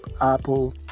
apple